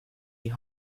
die